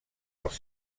als